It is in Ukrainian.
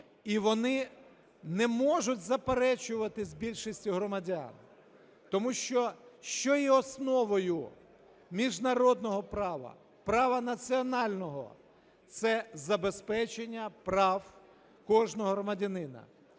і вони не можуть заперечуватися більшістю громадян. Тому що що є основою міжнародного права, права національного? Це забезпечення прав кожного громадянина